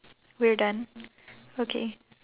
we're done okay